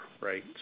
right